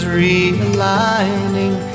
realigning